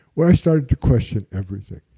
where i started to question everything.